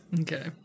Okay